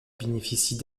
bénéficient